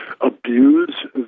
abuse